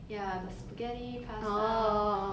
ya spaghetti pasta